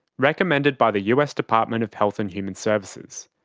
recommended by the us department of health and human services.